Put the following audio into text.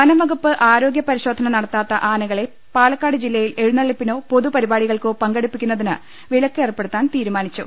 വനംവകുപ്പ് ആരോഗ്യ പരിശോധന നടത്താത്ത ആനകളെ പാലക്കാട് ജില്ലയിൽ എഴുന്നള്ളിപ്പിനോ പൊതുപരിപാടികൾക്കോ പങ്കെടുപ്പിക്കുന്നതിന് വിലക്കേർ പ്പെടുത്താൻ തീരു മാനിച്ചു